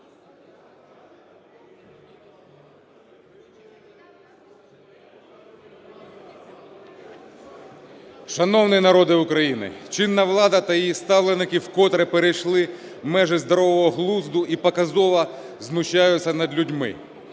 Шановний народе України! Чинна влада та її ставленики вкотре перейшли межі здорового глузду і показово знущаються над людьми.